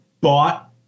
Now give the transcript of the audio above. bought